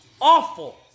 Awful